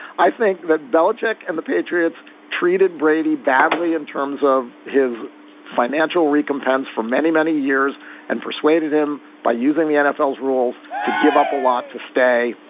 i think that belichick and the patriots treated brady badly in terms of his financial recompense for many, many years and persuaded him by using the nfl rules to give up a lot to stay.